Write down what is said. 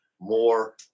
more